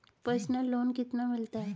Personal loan कितना मिलता है?